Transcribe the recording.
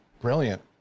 brilliant